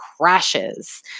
crashes